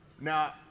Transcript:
Now